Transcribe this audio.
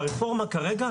שהרפורמה כרגע,